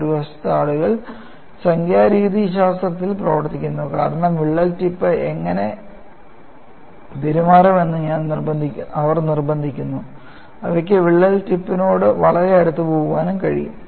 മറുവശത്ത് ആളുകൾ സംഖ്യാ രീതിശാസ്ത്രത്തിൽ പ്രവർത്തിക്കുന്നു കാരണം വിള്ളൽ ടിപ്പ് എങ്ങനെ പെരുമാറണമെന്ന് അവർ നിർബന്ധിക്കുന്നു അവയ്ക്ക് വിള്ളൽ ടിപ്പിനോട് വളരെ അടുത്ത് പോകാൻ കഴിയും